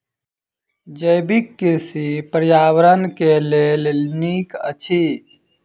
जैविक कृषि पर्यावरण के लेल नीक अछि